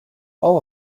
all